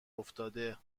افتاده